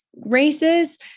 races